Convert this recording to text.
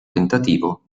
tentativo